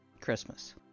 Christmas